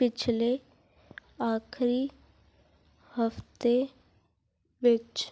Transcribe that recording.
ਪਿਛਲੇ ਆਖਰੀ ਹਫ਼ਤੇ ਵਿੱਚ